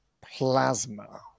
plasma